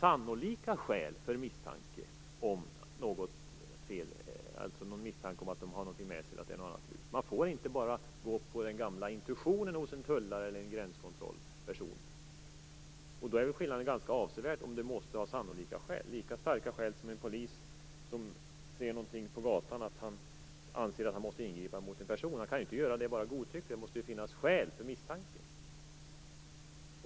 Det kan vara misstanke om att personer har något med sig som är förbjudet eller att det är något annat lurt. En tullare eller en kontrollant vid gränsen får inte gå bara på den gamla intuitionen. Skillnaden är avsevärd om det måste till sannolika skäl. En polis som anser att han måste ingripa mot en person på gatan kan inte göra det godtyckligt. Det måste finnas skäl för misstanke.